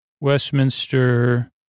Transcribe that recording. Westminster